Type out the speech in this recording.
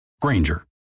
Granger